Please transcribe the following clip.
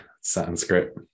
Sanskrit